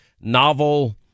novel